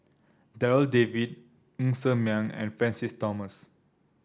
Darryl David Ng Ser Miang and Francis Thomas